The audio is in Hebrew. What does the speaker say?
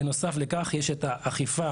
בנוסף לכך יש אכיפה,